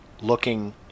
looking